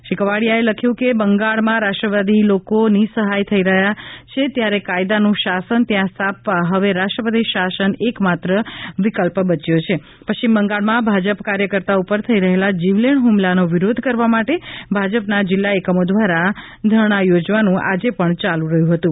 શ્રી કાવડિયા એ લખ્યું છે કે બંગાળમાં રાષ્ટ્રવાદી લોકો નિસહાય થઈ ગયા છે ત્યારે કાયદાનું શાસન ત્યાં સ્થાપવા હવે રાષ્ટ્રપતિ શાસન એક માત્ર વિકલ્પ બચ્યો હો પશ્ચિમ બંગાળમાં ભાજપ કાર્યકર્તા ઉપર થઈ રહેલા જીવલેણ હુમલાનો વિરોધ કરવા માટે ભાજપના જિલ્લા એકમો દ્વારા ધરના યોજવાનું આજે પણ ચાલુ રહ્યું હતું